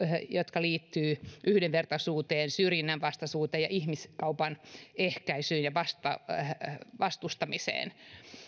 jotka liittyvät yhdenvertaisuuteen syrjinnän vastaisuuteen ja ihmiskaupan ehkäisyyn ja vastustamiseen